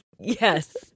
Yes